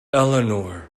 eleanor